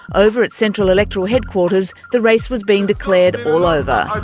over at central electoral headquarters, the race was being declared all over,